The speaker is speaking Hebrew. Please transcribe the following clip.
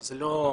זה לא מדויק.